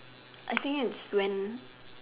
I think it's when